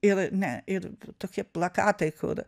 ir ne ir tokie plakatai kur